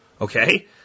Okay